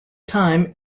time